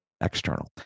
external